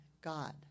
God